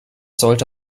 sollte